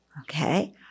Okay